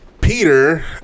Peter